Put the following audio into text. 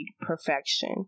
perfection